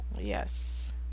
Yes